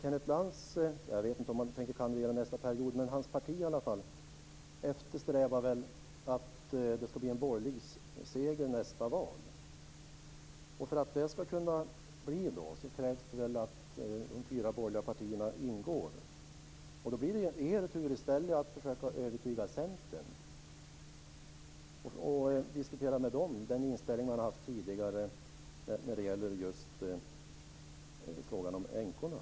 Jag vet inte om Kenneth Lantz tänker kandidera nästa period. Hans parti eftersträvar i varje fall att det ska bli en borgerlig seger i nästa val. För att det ska kunna bli en regering krävs väl att de fyra borgerliga partierna ingår. Då blir det i stället er tur att försöka övertyga Centern och diskutera med dem den inställning de haft tidigare just i fråga om änkorna.